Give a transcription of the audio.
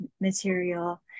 material